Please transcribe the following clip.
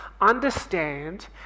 understand